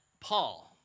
Paul